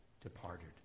departed